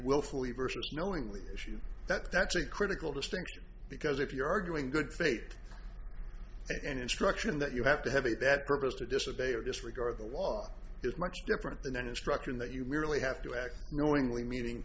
willfully versus knowingly issue that's a critical distinction because if you're arguing good faith and instruction that you have to have a that purpose to disobey or disregard the law is much different than an instruction that you merely have to act knowingly meaning